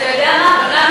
אתה יודע מה?